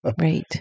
Right